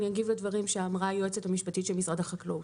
אני אגיב לדברים שאמרה היועצת המשפטית של משרד החקלאות: